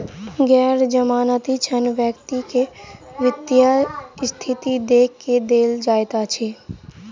गैर जमानती ऋण व्यक्ति के वित्तीय स्थिति देख के देल जाइत अछि